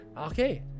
Okay